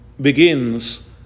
begins